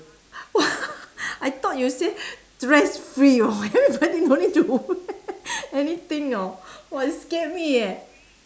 I thought you say dress free [wor] everybody no need to wear anything [wor] !wah! you scare me eh